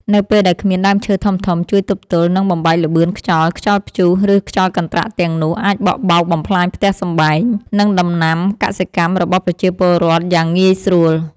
នៅពេលដែលគ្មានដើមឈើធំៗជួយទប់ទល់ និងបំបែកល្បឿនខ្យល់ ខ្យល់ព្យុះ ឬខ្យល់កន្ត្រាក់ទាំងនោះអាចបក់បោកបំផ្លាញផ្ទះសម្បែង និងដំណាំកសិកម្មរបស់ប្រជាពលរដ្ឋយ៉ាងងាយស្រួល។